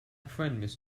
friend